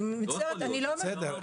לעשות,